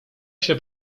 się